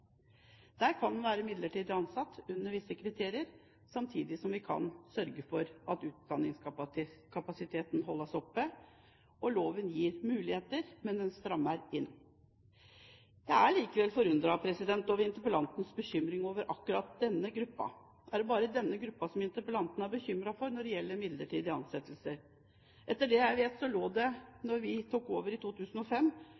Der kan man være midlertidig ansatt under visse kriterier, samtidig som vi kan sørge for at utdanningskapasiteten holdes oppe. Loven gir muligheter, men den strammer inn. Jeg er likevel forundret over interpellantens bekymring over akkurat denne gruppen. Er det bare denne gruppen som interpellanten er bekymret for når det gjelder midlertidige ansettelser? Etter det jeg vet, lå